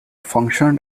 functioned